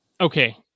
okay